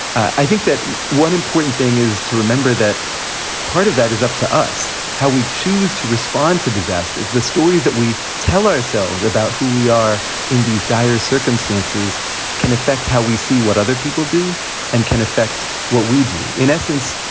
i think that one important thing is to remember that part of that is up to us how we choose to respond to disasters. the stories that we tell ourselves about, who we are in these dire circumstances can affect how we see what other people do and can affect what we do. in essence,